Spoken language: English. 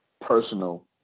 personal